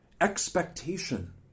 expectation